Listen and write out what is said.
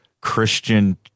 Christian